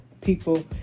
people